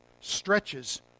stretches